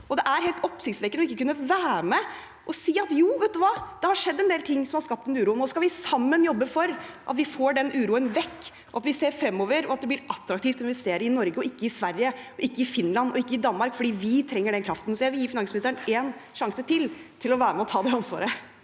Det er oppsiktsvekkende ikke å kunne være med på å si at det har skjedd en del som har skapt uro. Nå skal vi sammen jobbe for at vi får den uroen vekk, at vi ser fremover, og at det blir attraktivt å investere i Norge og ikke i Sverige, Finland og Danmark, for vi trenger den kraften. Jeg vil gi finansministeren en sjanse til til å være med på å ta det ansvaret.